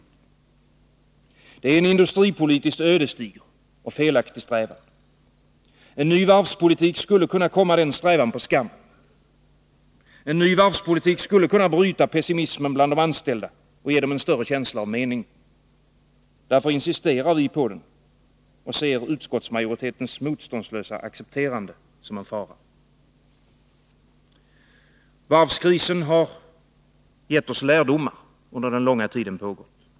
Det är en industripolitiskt ödesdiger och felaktig strävan. En ny varvspolitik skulle kunna komma den strävan på skam. En ny varvspolitik skulle kunna bryta pessimismen bland de anställda och ge dem en större känsla av mening. Därför insisterar vi på den och ser utskottsmajoritetens motståndslösa accepterande som en fara. Varvskrisen har under den långa tiden gett oss lärdomar.